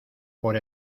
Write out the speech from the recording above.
por